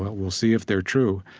we'll see if they're true.